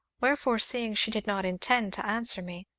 wherefore, seeing she did not intend to answer me,